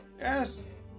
Yes